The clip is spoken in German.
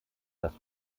dass